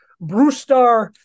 Brewstar